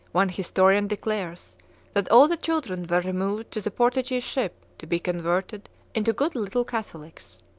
one historian declares that all the children were removed to the portuguese ship to be converted into good little catholics.